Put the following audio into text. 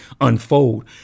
unfold